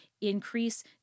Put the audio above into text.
increase